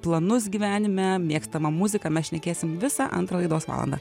planus gyvenime mėgstamą muziką mes šnekėsim visą antrą laidos valandą